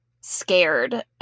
scared